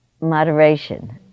moderation